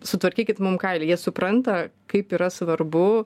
sutvarkykit mum kailį jie supranta kaip yra svarbu